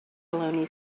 baloney